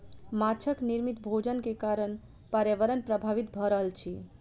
माँछक निर्मित भोजन के कारण पर्यावरण प्रभावित भ रहल अछि